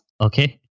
Okay